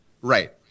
Right